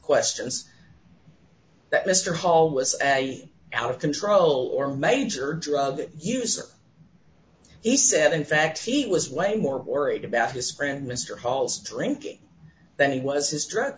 questions that mr hall was out of control or major drug user he said in fact he was lame or worried about his friend mr hall's drinking that he was his dress